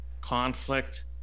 conflict